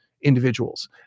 individuals